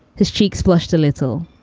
his cheeks flushed a little,